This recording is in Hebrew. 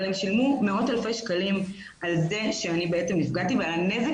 אבל הם שילמו מאות אלפי שקלים על זה שאני נפגעתי ועל הנזק